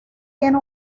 tiene